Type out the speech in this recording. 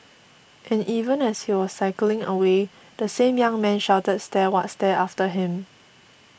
and even as he was cycling away the same young man shouted stare what stare after him